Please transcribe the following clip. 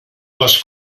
les